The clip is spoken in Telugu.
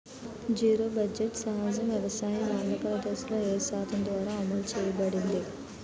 జీరో బడ్జెట్ సహజ వ్యవసాయం ఆంధ్రప్రదేశ్లో, ఏ సంస్థ ద్వారా అమలు చేయబడింది?